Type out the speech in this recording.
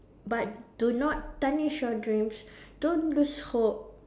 but do not tarnish your dreams don't lose hope